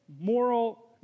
moral